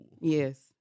Yes